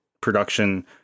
production